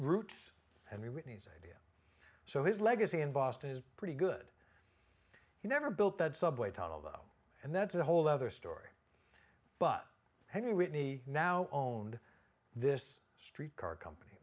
it so his legacy in boston is pretty good he never built that subway tunnel though and that's a whole other story but maybe whitney now owned this street car company